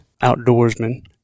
outdoorsman